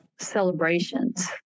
celebrations